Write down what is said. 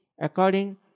according